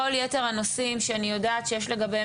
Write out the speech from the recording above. כל יתר הנושאים שאני יודעת שיש לגביהם